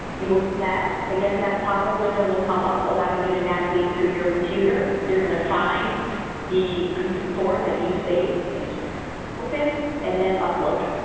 you will that again that pop-up window will come up allowing you to navigate through your computer, you're gonna find the conform that you saved open and then upload